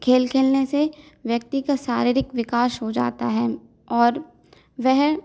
खेल खेलने से व्यक्ति का शारीरिक विकास हो जाता है और वह